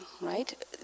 right